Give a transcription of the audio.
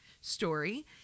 story